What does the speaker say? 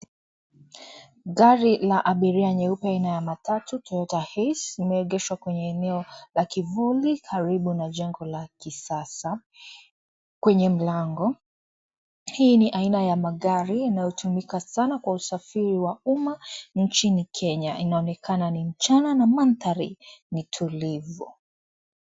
Gari la abiria nyeupe aina ya matatu Toyota Hilux imeegeshwa kwenye eneo la kivuli karibu na jengo la kisasa. Kwenye mlango hii ni aina ya magari inayotumika sana kwa usafiri wa umma nchini Kenya. Inaonekana ni mchana na mandhari ni tulivu.